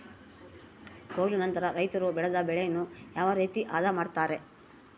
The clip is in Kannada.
ಕೊಯ್ಲು ನಂತರ ರೈತರು ಬೆಳೆದ ಬೆಳೆಯನ್ನು ಯಾವ ರೇತಿ ಆದ ಮಾಡ್ತಾರೆ?